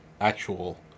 actual